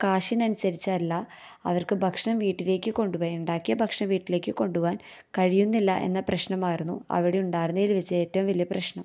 കാശിനനുസരിച്ചല്ല അവര്ക്ക് ഭക്ഷണം വീട്ടിലേയ്ക്ക് കൊണ്ടു ഉണ്ടാക്കിയ ഭക്ഷണം വീട്ടിലേയ്ക്ക് കൊണ്ടുപോകാൻ കഴിയുന്നില്ല എന്ന പ്രശ്നമായിരുന്നു അവിടെയുണ്ടാരുന്നതില് വെച്ചേറ്റവും വലിയ പ്രശ്നം